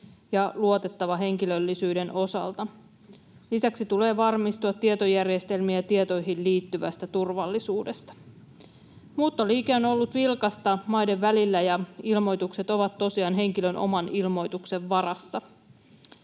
ja luotettava henkilöllisyyden osalta. Lisäksi tulee varmistua tietojärjestelmiin ja tietoihin liittyvästä turvallisuudesta. Muuttoliike on ollut vilkasta maiden välillä, ja ilmoitukset ovat tosiaan henkilön oman ilmoituksen varassa.